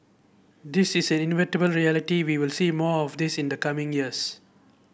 this is an inevitable reality we will see more of this in the coming years